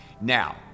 Now